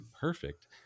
perfect